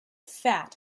fat